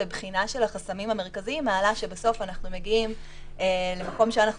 ובחינה של החסמים המרכזיים מעלה שבסוף אנחנו מגיעים למקום שאנחנו